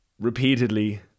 repeatedly